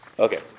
Okay